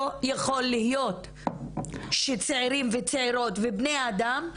לא יכול להיות שצעירים וצעירות ובני אדם,